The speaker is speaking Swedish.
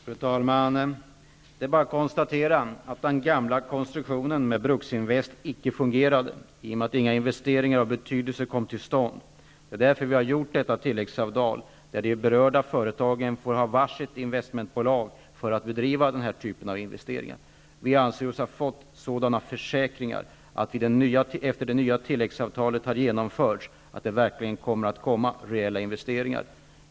Fru talman! Det är bara att konstatera att den gamla konstruktionen med Bruksinvest AB icke fungerade. Inga investeringar av betydelse kom till stånd. Det är därför detta tilläggsavtal har tecknats där de berörda företagen har var sitt investmentbolag för att bedriva den här typen av investeringar. Vi anser oss ha fått försäkringar om att rejäla investeringar skall göras efter det att det nya tilläggsavtalet trätt i kraft.